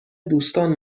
دوستان